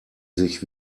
sich